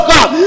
God